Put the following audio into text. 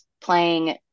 playing